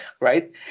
right